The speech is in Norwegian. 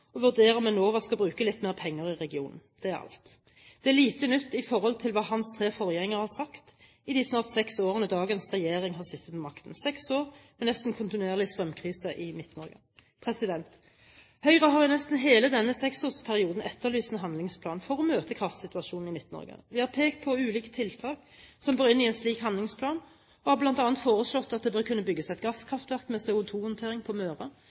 og vurdere om Enova skal bruke litt mer penger i regionen. Det er alt. Det er lite nytt i forhold til hva hans tre forgjengere har sagt i de snart seks årene dagens regjering har sittet med makten, seks år med nesten kontinuerlig strømkrise i Midt-Norge. Høyre har i nesten hele denne seksårsperioden etterlyst en handlingsplan for å møte kraftsituasjonen i Midt-Norge. Vi har pekt på ulike tiltak som bør inn i en slik handlingsplan, og har bl.a. foreslått at det bør kunne bygges et gasskraftverk med CO2-håndtering på Møre,